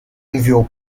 enviou